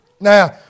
Now